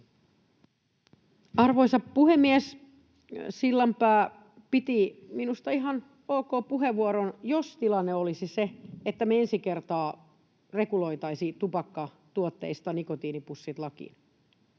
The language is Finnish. Arvoisa puhemies! Sillanpää piti minusta ihan ok puheenvuoron, jos tilanne olisi se, että me ensi kertaa reguloitaisiin tupakkatuotteista nikotiinipussit lakiin.